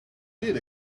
did